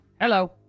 Hello